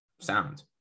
sound